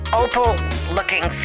opal-looking